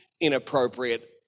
inappropriate